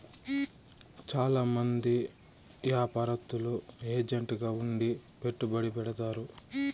చాలా మంది యాపారత్తులు ఏజెంట్ గా ఉండి పెట్టుబడి పెడతారు